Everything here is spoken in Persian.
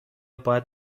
باید